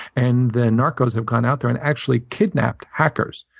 and the narcos have gone out there and actually kidnapped hackers.